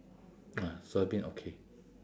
ah soya bean okay